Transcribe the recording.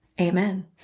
Amen